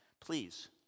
please